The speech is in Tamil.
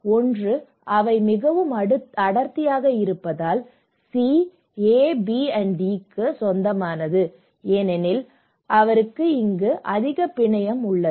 ஒன்று அவை மிகவும் அடர்த்தியாக இருப்பதால் சி ஏபிடிக்கு சொந்தமானது ஏனெனில் அவருக்கு இங்கு அதிக பிணையம் உள்ளது